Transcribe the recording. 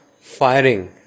firing